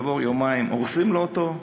וכעבור יומיים הורסים לו אותו.